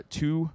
two